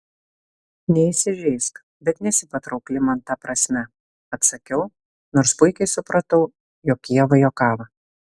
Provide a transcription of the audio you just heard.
neįsižeisk bet nesi patraukli man ta prasme atsakiau nors puikiai supratau jog ieva juokavo